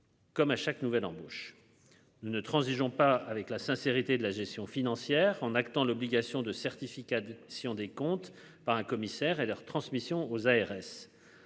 Comme à chaque nouvelle embauche nous ne transigerons pas avec la sincérité de la gestion financière en actant l'obligation de certificat d'si on des comptes par un commissaire et leur transmission aux ARS.